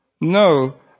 No